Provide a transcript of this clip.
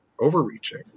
overreaching